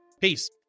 peace